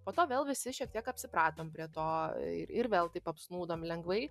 po to vėl visi šiek tiek apsipratom prie to ir vėl taip apsnūdom lengvai